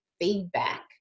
feedback